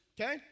Okay